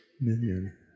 million